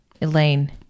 Elaine